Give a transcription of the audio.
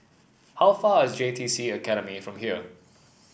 how far is J T C Academy from here